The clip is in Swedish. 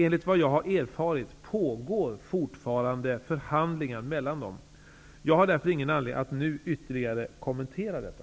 Enligt vad jag har erfarit pågår fortfarande förhandlingar mellan dem. Jag har därför ingen anledning att nu ytterligare kommentera detta.